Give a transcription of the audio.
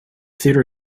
theater